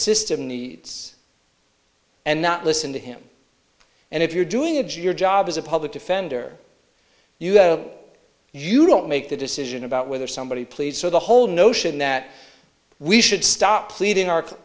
system needs and not listen to him and if you're doing it your job as a public defender you know you don't make the decision about whether somebody pleads for the whole notion that we should stop pleading arc